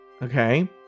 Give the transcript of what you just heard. okay